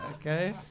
Okay